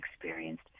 experienced